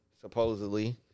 supposedly